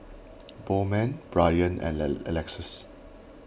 Bowman Bryant and Alexus